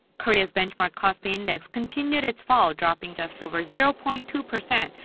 korea's benchmark kospi index continued its fall dropping just over zero point two percent.